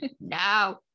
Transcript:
no